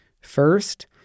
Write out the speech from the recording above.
First